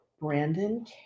brandon